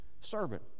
servant